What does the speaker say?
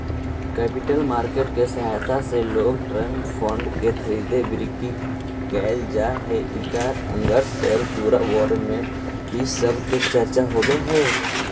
capital market के सहायता से लोंग टर्म फंड के खरीद बिक्री कैल जा हई इकरा अंतर्गत शेयर यूरो बोंड इ सब के चर्चा होवऽ हई